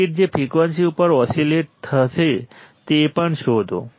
circuit જે frequency ઉપર oscillate થશે તે પણ શોધો